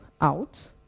out